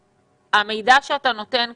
המידע שאתה נותן כאן,